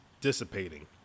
dissipating